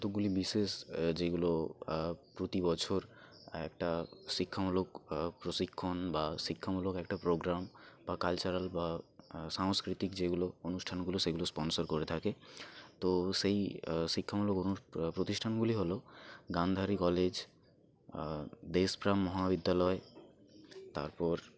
কতগুলি বিশেষ যেইগুলো প্রতি বছর একটা শিক্ষামূলক প্রশিক্ষণ বা শিক্ষামূলক একটা প্রোগ্রাম বা কালচারাল বা সাংস্কৃতিক যেগুলো অনুষ্ঠানগুলো সেগুলো স্পন্সার করে থাকে তো সেই শিক্ষামূলক প্রতিষ্ঠানগুলি হল গান্ধারী কলেজ দেশপ্রাণ মহাবিদ্যালয় তারপর